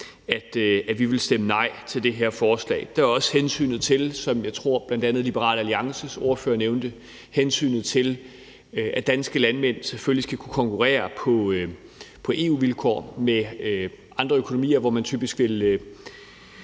at vi vil stemme nej til det her forslag. Der er også hensynet til, som jeg tror bl.a. Liberal Alliances ordfører nævnte, at danske landmænd selvfølgelig skal kunne konkurrere på EU-vilkår med andre økonomier, hvor man typisk ville